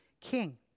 king